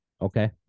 Okay